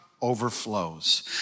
overflows